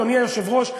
אדוני היושב-ראש,